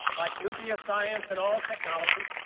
like nuclear science and all technology,